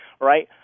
right